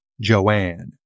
Joanne